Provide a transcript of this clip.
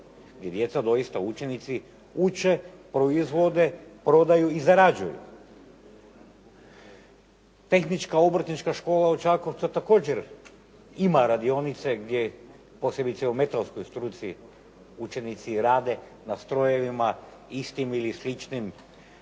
gdje djeca doista učenici uče, proizvode, prodaju i zarađuju. Tehnička obrtnička škola u Čakovcu također ima radionice posebice u metalnoj struci, učenici rade na strojevima istim ili sličnim